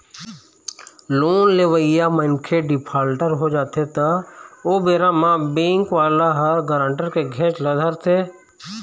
loan लेवइया मनखे defaulter हो जाथे त ओ बेरा म बेंक वाले ह गारंटर के घेंच ल धरथे